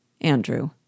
Andrew